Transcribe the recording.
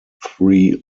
three